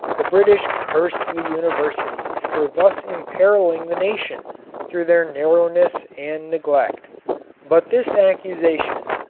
the british cursed the universities for thus imperiling the nation through their narrowness and neglect but this accusation,